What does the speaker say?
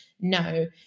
No